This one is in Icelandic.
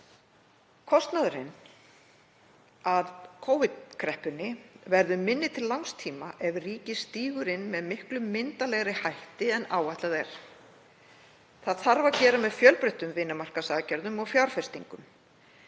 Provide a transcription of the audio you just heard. Kostnaðurinn af Covid-kreppunni verður minni til langs tíma ef ríkið stígur inn með miklu myndarlegri hætti en áætlað er. Það þarf að gera með fjölbreyttum vinnumarkaðsaðgerðum og fjárfestingum.